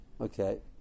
Okay